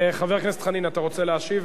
חבר הכנסת חנין, אתה רוצה להשיב.